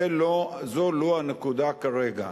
זאת לא הנקודה כרגע.